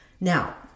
Now